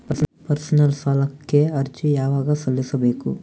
Personal ಸಾಲಕ್ಕೆ ಅರ್ಜಿ ಯವಾಗ ಸಲ್ಲಿಸಬೇಕು?